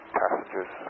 passengers